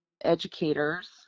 educators